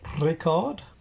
Record